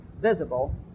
visible